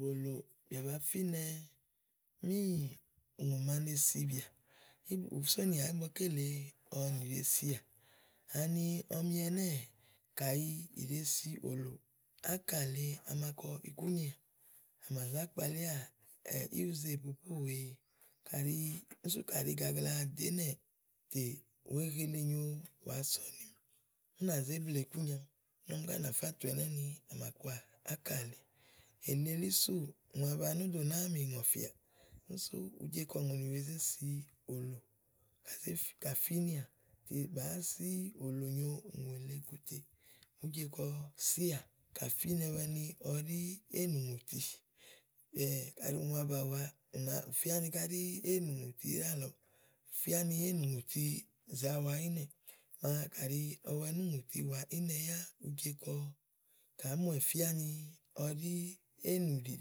Bòlò bìà ba fínɛ míì ùŋò màa ne sibìà ibiùú sonìà ígbɔké lèe ɔwɔ nìnèe sià. Ani ɔmi ɛnɛ́ɛ kàyi ìɖe si ólò, ákà lèe àma kɔ ikúnyià à mà zá kpalíà íwuze ìpopò wèe. kayi úni sú kayi ì gagla dò ínɛ tè wèé helenyo wa sɔ̀nìmì, ú nà zé bleè ikúnyami tè ɔmi gá nà fá tùu anámi, à mà kɔà ákálèe éni éli súù ŋòaba nódo nàáa mì ŋɔ̀fɛ̀àà. Úni sú ùú je kɔ ùŋonì wèe zé si òlò. màaké kà fínɛà tè bàáá sì òlò nyo ùŋù èle kòtè ùú je kɔ síà kà fínɛwɛ ni ɔwɛ ɖí éè nùŋòti kayi ùŋòaba wàa ù nà mi fía ni káɖí éè nùŋòti ɖíàlɔɔ ù fía ni éènùŋòti zàa wa ínɛ̀ɛ, màa kàɖi ɔwɛ núùŋòti wàa ínɛ ya ùú je kɔ kàá muwɛ fíá ni ɔwɛ ɖí éènùɖì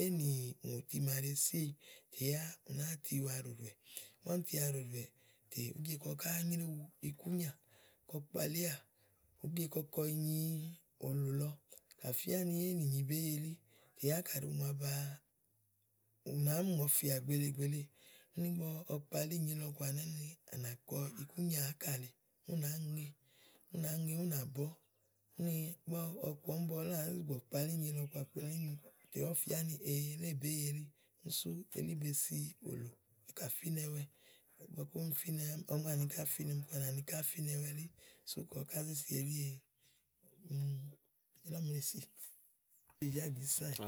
éènùŋòti màa ɖèe si éyi tèyá ù nàáa tiwa ɖòɖòwɛ. ígbɔ úni ti wa ɖòɖòwɛ̀ tè ùú je kɔ ɔwɛ ká nyréwu ikúnyà, kɔ kpalíà ùú je kɔkɔ inyi òlò lɔ kà fía ni éènìnyi bèé yi elí tè yá kàɖi ùŋò aba, ù nàáá mi ŋɔ̀ƒɛ̀à gbèele gbèeleè. ígbɔ ɔwɔ kpalí inyi lɔ kɔà ɛnɛ́ úni à nàkɔ ikúnyià ákà lèe ú nàá ŋe ú nàá ŋe ú nà bɔ, úni ígbɔ màa úni bɔ wuléè à nàá zi gbù gbɔ̀ kpalí inyi lɔ kɔ à tè yá ù fíá ni éyi bèé yi elí úni sú elí be si òlò a kà fínɛwɛ ígbɔké úni fínɛwɛ elí ámani ká fínɛmi kɔ ɔ̀wɔ nani ká fínɛwɛ elíe sú kɔ kà zé si elí be si elí a me si.